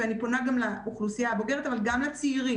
ואני פונה לאוכלוסייה הבוגרת אבל גם לצעירים,